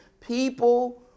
people